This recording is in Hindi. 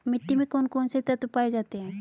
मिट्टी में कौन कौन से तत्व पाए जाते हैं?